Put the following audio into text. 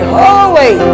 holy